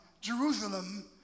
Jerusalem